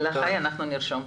אנחנו נרשום.